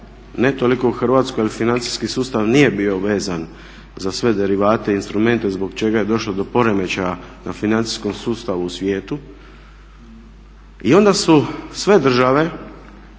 ne toliko u Hrvatskoj jer financijski sustav nije bio vezan za sve derivate i instrumente zbog čega je došlo do poremećaja na financijskom sustavu u svijetu. I onda su sve države,